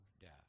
death